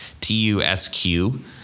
T-U-S-Q